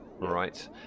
right